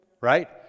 Right